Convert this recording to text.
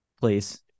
Please